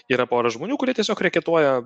yra pora žmonių kurie tiesiog reketuoja